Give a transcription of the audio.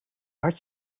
had